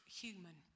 human